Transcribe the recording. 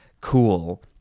cool